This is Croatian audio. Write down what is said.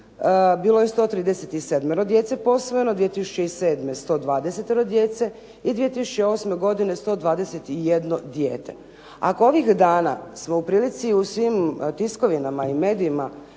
bilo je 137 djece posvojeno, 2007. 120 djece i 2008. godine 121 dijete. Ako ovih dana smo u prilici u svim tiskovinama i medijima